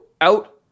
out